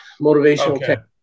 motivational